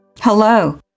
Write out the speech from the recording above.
Hello